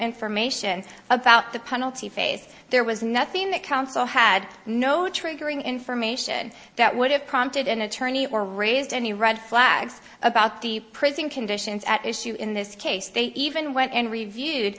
information about the penalty phase there was nothing the council had no triggering information that would have prompted an attorney or raised any red flags about the prison conditions at issue in this case they even went and reviewed